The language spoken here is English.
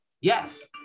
yes